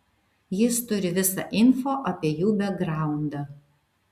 jis turi visą info apie jų bekgraundą